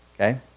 Okay